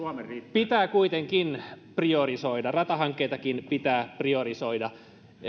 pitää kuitenkin priorisoida ratahankkeitakin pitää priorisoida